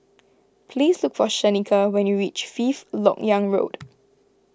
please look for Shaneka when you reach Fifth Lok Yang Road